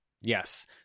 Yes